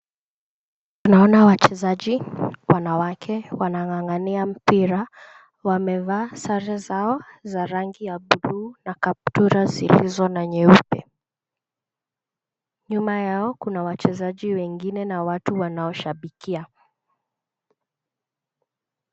Naona wachezaji wanawake wanang'ang'ania mpira wamevaa sare zao za rangi ya bluu na kaptura zilizo na nyeupe. Nyuma yao kuna wachezaji wengine na watu wanaoshabikia.